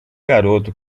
garoto